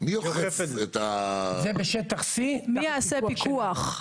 זה בשטח C. מי יעשה פיקוח?